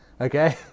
Okay